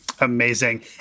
Amazing